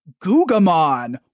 gugamon